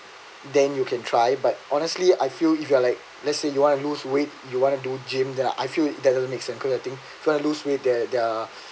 then you can try but honestly I feel if you are like let's say you want to lose weight you want to do gym that I feel that it doesn't make sense cause I think for lose weight there're there're